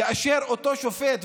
כאשר אותו שופט,